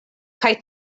kaj